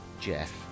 Jeff